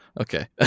okay